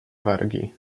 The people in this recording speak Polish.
wargi